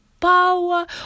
power